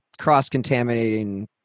cross-contaminating